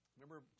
Remember